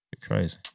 Crazy